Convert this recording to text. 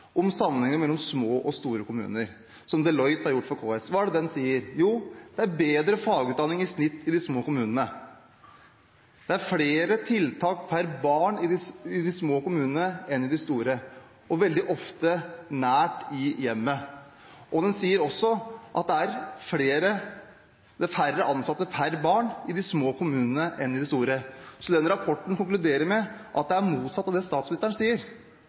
den sier? Jo, det er i snitt bedre fagutdanning i de små kommunene. Det er flere tiltak per barn i de små kommunene enn i de store – og veldig ofte nært, i hjemmet. Den sier også at det er færre ansatte per barn i de små kommunene enn i de store. Rapporten konkluderer med at det er motsatt av det statsministeren sier.